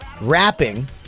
rapping